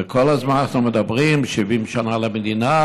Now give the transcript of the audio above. וכל הזמן אנחנו מדברים: 70 שנה למדינה,